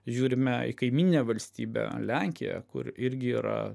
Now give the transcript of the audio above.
žiūrime į kaimyninę valstybę lenkiją kur irgi yra